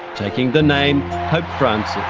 taking the name pope francis.